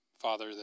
Father